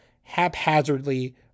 haphazardly